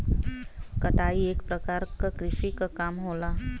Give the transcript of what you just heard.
कटाई एक परकार क कृषि क काम होला